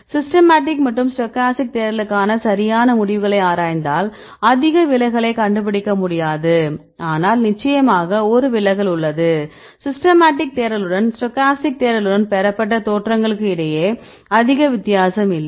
systematic மற்றும் stochastic தேடலுக்கான சரியான முடிவுகளை ஆராய்ந்தால் அதிக விலகலைக் கண்டுபிடிக்க முடியாது ஆனால் நிச்சயமாக ஒரு விலகல் உள்ளது சிஸ்டமேட்டிக் தேடலுடனும் ஸ்டோக்காஸ்டிக் தேடலுடனும் பெறப்பட்ட தோற்றங்களுக்கு இடையே அதிக வித்தியாசம் இல்லை